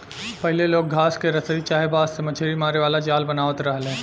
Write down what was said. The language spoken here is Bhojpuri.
पहिले लोग घास के रसरी चाहे बांस से मछरी मारे वाला जाल बनावत रहले